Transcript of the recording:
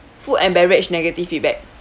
food and beverage negative feedback